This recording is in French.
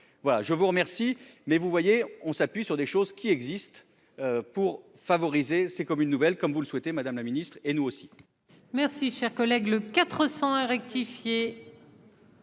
voilà je vous remercie, mais vous voyez, on s'appuie sur des choses qui existent pour favoriser, c'est comme une nouvelle, comme vous le souhaitez, madame la ministre, et nous aussi.